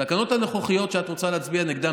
התקנות הנוכחיות שאת רוצה להצביע נגדן